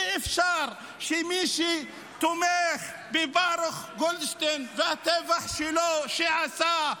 אי-אפשר שמי שתומך בברוך גולדשטיין ובטבח שעשה,